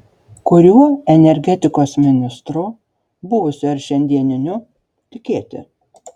kuriuo energetikos ministru buvusiu ar šiandieniniu tikėti